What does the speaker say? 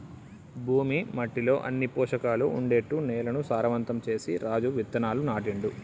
భూమి మట్టిలో అన్ని పోషకాలు ఉండేట్టు నేలను సారవంతం చేసి రాజు విత్తనాలు నాటిండు